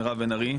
מירב בן ארי.